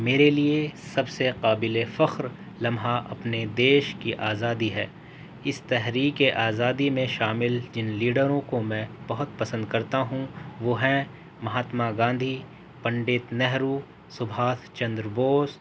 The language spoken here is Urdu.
میرے لیے سب سے قابل فخر لمحہ اپنے دیش کی آزادی ہے اس تحریکِ آزادی میں شامل جن لیڈروں کو میں بہت پسند کرتا ہوں وہ ہیں مہاتما گاندھی پنڈت نہرو سبھاش چندر بوس